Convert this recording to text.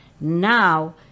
Now